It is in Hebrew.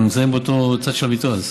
אנחנו נמצאים באותו צד של המתרס.